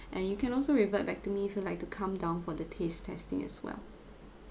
and you can also revert back to me if you'd like to come down for the taste testing as well